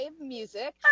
music